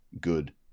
good